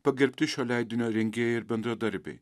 pagerbti šio leidinio rengėjai ir bendradarbiai